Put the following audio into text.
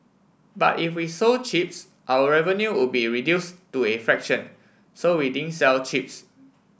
but if we sold chips our revenue would be reduce to a fraction so we didn't sell chips